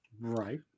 Right